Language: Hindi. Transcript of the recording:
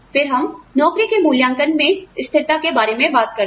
फिर हम नौकरी के मूल्यांकन में स्थिरता के बारे में बात करते हैं